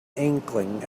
inkling